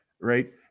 Right